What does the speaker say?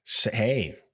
Hey